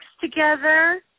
together